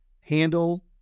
handle